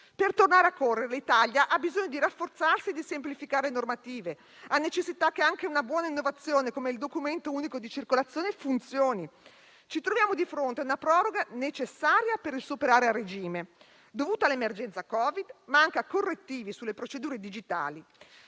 Per tornare a correre l'Italia ha bisogno di rafforzarsi e di semplificare le normative; ha necessità che anche una buona innovazione, come il documento unico di circolazione, funzioni. Ci troviamo di fronte a una proroga necessaria per superare il momento dovuto all'emergenza da Covid-19, ma anche a correttivi sulle procedure digitali.